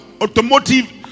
automotive